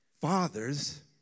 fathers